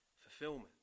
fulfillment